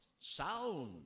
Sound